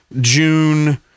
June